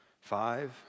five